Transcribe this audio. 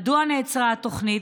מדוע נעצרה התוכנית,